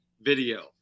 video